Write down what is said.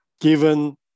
given